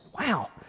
Wow